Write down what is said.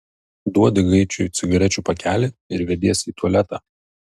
duodi gaidžiui cigarečių pakelį ir vediesi į tualetą